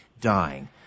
dying